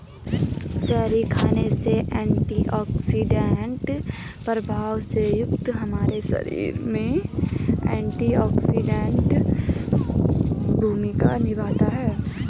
cherry खाने से antioxidant प्रभाव से युक्त हमारे शरीर में एंटीऑक्सीडेंट भूमिका निभाता है